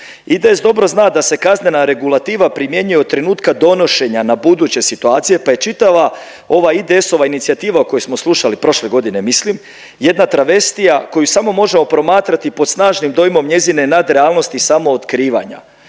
IDS dobro zna da se kaznena regulativa primjenjuje od trenutka donošenja na buduće situacije, pa je čitava ova IDS-ova inicijativa o kojoj smo slušali prošle godine mislim, jedna travestija koju samo možemo promatrati pod snažnim dojmom njezine nadrealnosti samootkrivanja.